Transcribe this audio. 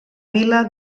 vila